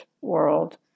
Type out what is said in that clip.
world